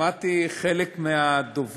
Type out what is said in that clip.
שמעתי את חלק מהדוברים,